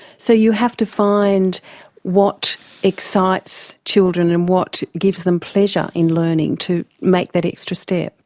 so you have to find what excites children and what gives them pleasure in learning to make that extra step.